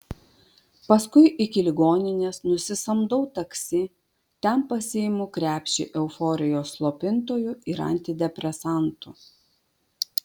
paskui iki ligoninės nusisamdau taksi ten pasiimu krepšį euforijos slopintojų ir antidepresantų